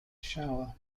shower